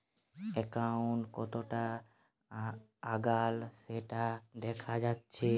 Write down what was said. account কতোটা এগাল সেটা দেখা যাচ্ছে